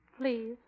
Please